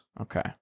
Okay